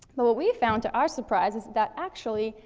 but what we found, to our surprise, is that actually,